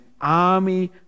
army